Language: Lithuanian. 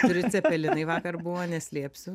keturi cepelinai vakar buvo neslėpsiu